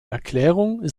erklärung